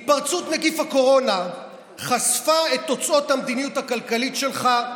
התפרצות נגיף הקורונה חשפה את תוצאות המדיניות הכלכלית שלך,